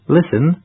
Listen